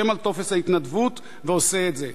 חותם על טופס ההתנדבות ועושה את זה.